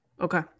Okay